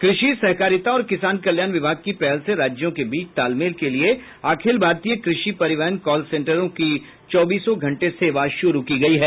कृषि सहकारिता और किसान कल्याण विभाग की पहल से राज्यों के बीच तालमेल के लिए अखिल भारतीय कृषि परिवहन कॉल सेंटर की चौबीसों घंटे सेवा शुरू की गई है